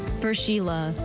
for sheila,